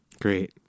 great